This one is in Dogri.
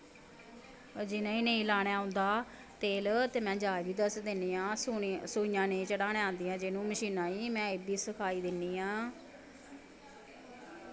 ओह् जि'नें ई नेईं लाना औंदा तेल ते में जाच बी दस्सी दि'न्नी आं सूइयां नेईं चढ़ाना आंदियां जि'न्नूं मशीनां ई में एह् बी सखाई दि'न्नी आं